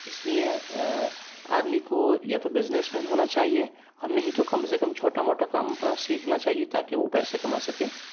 اس لئے آدمی کو یا تو بزنس مین ہونا چاہیے نہیں تو کم سے کم چھوٹا موٹا کام اپنا سیکھنا چاہیے تاکہ وہ پیسے کما سکے